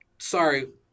Sorry